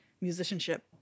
musicianship